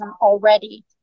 already